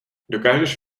dokážeš